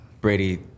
Brady